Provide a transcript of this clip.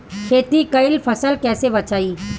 खेती कईल फसल कैसे बचाई?